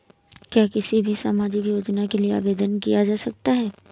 क्या किसी भी सामाजिक योजना के लिए आवेदन किया जा सकता है?